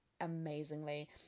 amazingly